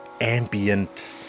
ambient